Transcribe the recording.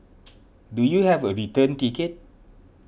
do you have a return ticket